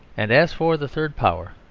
and as for the third power,